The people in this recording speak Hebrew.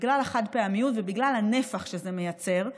בגלל החד-פעמיות ובגלל הנפח שזה מייצר.